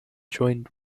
joined